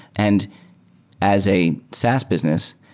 and as a saas business,